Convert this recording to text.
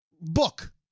book